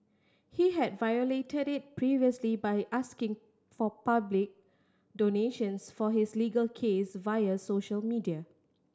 he had violated it previously by asking for public donations for his legal case via social media